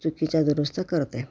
चुकीच्या दुरुस्त्या करते